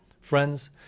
Friends